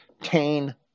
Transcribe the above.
tain